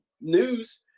news